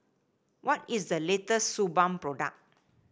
what is the latest Suu Balm product